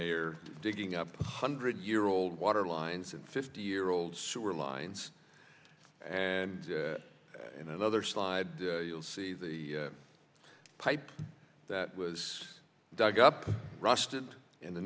they are digging up hundred year old water lines and fifty year old shorelines and in another side you'll see the pipe that was dug up rusted in the